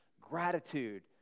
gratitude